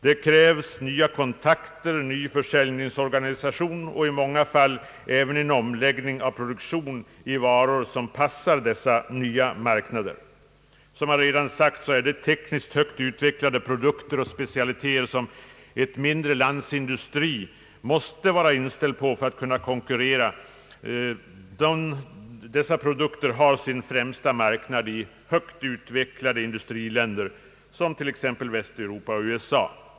Det krävs nya kontakter, ty försäljningsorganisation och i många fall även en omläggning av produktionen till varor som passar dessa nya marknader. De tekniskt högt utvecklade produkter och specialiteter som ett mindre lands industri måste vara inställd på för att kunna konkurrera har sin främsta marknad i högt utvecklade industriländer, som t.ex. i Västueropa och USA.